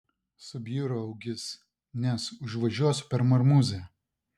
subjuro augis nes užvažiuosiu per marmuzę